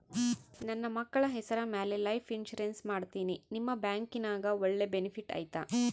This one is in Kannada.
ನನ್ನ ಮಕ್ಕಳ ಹೆಸರ ಮ್ಯಾಲೆ ಲೈಫ್ ಇನ್ಸೂರೆನ್ಸ್ ಮಾಡತೇನಿ ನಿಮ್ಮ ಬ್ಯಾಂಕಿನ್ಯಾಗ ಒಳ್ಳೆ ಬೆನಿಫಿಟ್ ಐತಾ?